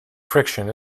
friction